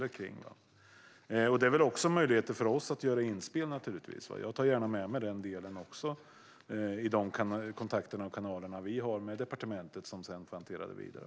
Det finns naturligtvis också möjligheter för oss att göra inspel. Jag tar gärna med mig även denna del i de kontakter och kanaler vi har med departementet, som sedan för det vidare.